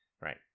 right